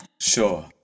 Sure